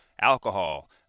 alcohol